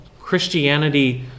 Christianity